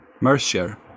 Mercier